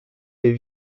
des